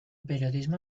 periodismo